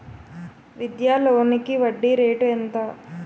విద్యా లోనికి వడ్డీ రేటు ఎంత?